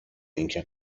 اینکه